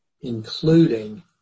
including